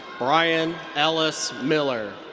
brian ellis miller.